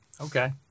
Okay